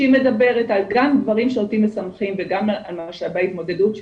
שהיא מדברת גם על דברים שאותי משמחים וגם משאבי ההתמודדות שלי,